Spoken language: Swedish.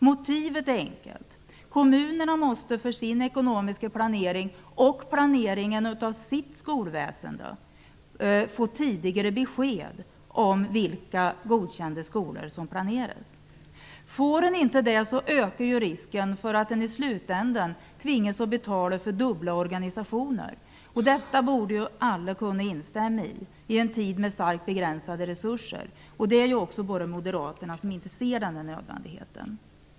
Motivet är enkelt: kommunerna måste för sin ekonomiska planering och för planeringen av sitt skolväsende få besked tidigare om vilka skolor som planeras att bli godkända. Får inte kommunerna det ökar risken för att vi i slutändan tvingas betala för dubbla organisationer. I en tid med begränsade resurser borde ju alla kunna instämma i det. Det är bara moderaterna som inte ser nödvändigheten i detta.